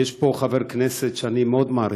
יש פה חבר כנסת שאני מאוד מעריך,